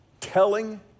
telling